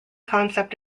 concept